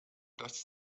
dass